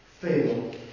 Fail